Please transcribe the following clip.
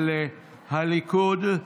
של הליכוד.